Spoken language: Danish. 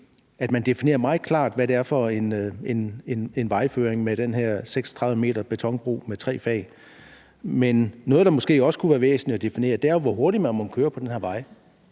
klart definerer, hvad det er for en vejføring med den her betonbro på 36 m med tre fag. Men noget, der måske også kunne være væsentligt at definere, er jo, hvor hurtigt man må køre på den her vej.